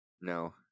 no